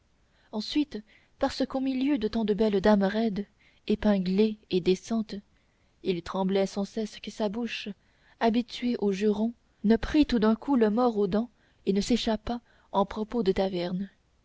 ensuite parce qu'au milieu de tant de belles dames roides épinglées et décentes il tremblait sans cesse que sa bouche habituée aux jurons ne prît tout d'un coup le mors aux dents et ne s'échappât en propos de taverne